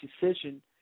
decision